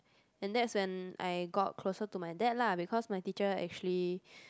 and that's when I got closer to my dad lah because my teacher actually